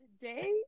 Today